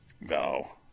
No